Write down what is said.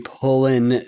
pulling